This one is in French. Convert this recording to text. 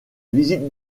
visite